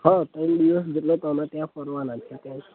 હં ત્રણ દિવસ જેટલું તો અમે ત્યાં ફરવાના જ છીએ ત્યાં જ